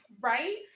Right